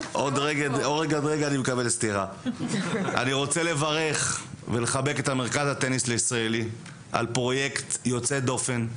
אני רוצה לברך ולחבק את מרכז הטניס הישראלי על פרויקט יוצא דופן.